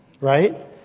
Right